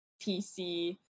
PC